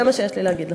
זה מה שיש לי להגיד לך.